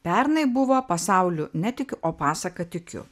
pernai buvo pasauliu netikiu o pasaka tikiu